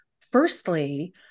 firstly